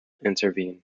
intervene